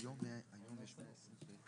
היום ה-30 במאי 2022,